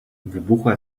wybuchała